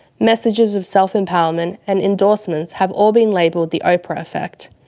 messages of self-empowerment and endorsements have all been labelled the oprah effect,